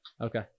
Okay